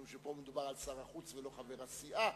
משום שפה מדובר על שר החוץ ולא חבר הסיעה,